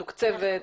מתוקצבת,